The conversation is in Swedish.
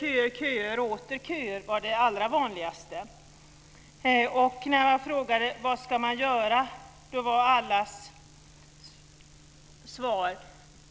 Köer, köer och åter köer var det allra vanligaste. När jag frågade vad man skulle göra var allas svar: